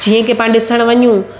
जीअं की पाण ॾिसणु वञू